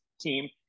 team